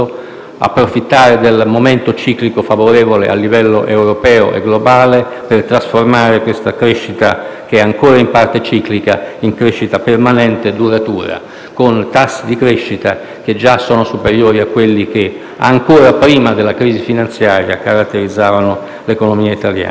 approfittare del momento ciclico favorevole a livello europeo e globale per rendere questa crescita, che è ancora in parte ciclica, permanente e duratura, con tassi di crescita che già sono superiori a quelli che, ancora prima della crisi finanziaria, caratterizzavano l'economia italiana.